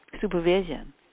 supervision